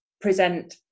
present